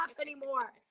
anymore